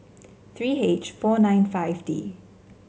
three H four nine five D